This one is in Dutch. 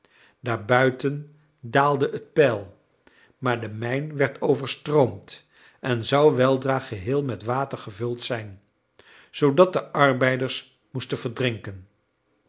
buiten daalde het peil maar de mijn werd overstroomd en zou weldra geheel met water gevuld zijn zoodat de arbeiders moesten verdrinken